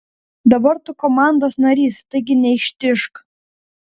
dabar tu komandos narys taigi neištižk